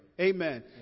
Amen